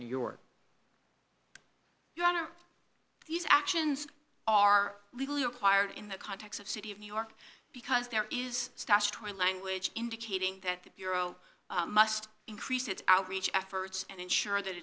new york your honor these actions are legally required in the context of city of new york because there is stash twenty language indicating that the bureau must increase its outreach efforts and ensure that